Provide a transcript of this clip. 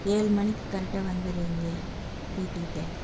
ஏழு மணிக்கு கரெக்டாக வந்துடு இங்கே வீட்டுக்கிட்டே